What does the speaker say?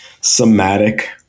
somatic